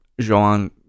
Jean